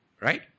Right